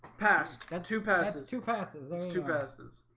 past that two passes two passes, that's two passes.